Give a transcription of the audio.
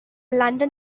london